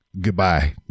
goodbye